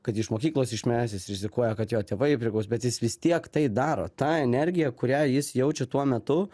kad jį iš mokyklos išmes jis rizikuoja kad jo tėvai jį prigaus bet jis vis tiek tai daro tą energiją kurią jis jaučia tuo metu